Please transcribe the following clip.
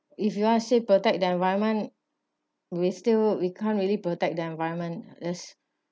if you want to say protect the environment we still we can't really protect the environment it's